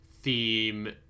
theme